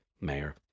Mayor